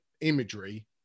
imagery